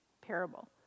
parable